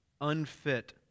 unfit